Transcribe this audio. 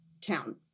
town